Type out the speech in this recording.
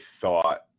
thought